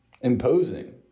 Imposing